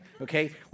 Okay